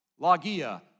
lagia